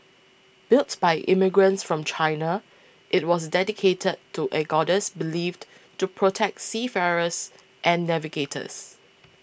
built by immigrants from China it was dedicated to a goddess believed to protect seafarers and navigators